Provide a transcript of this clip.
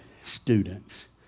students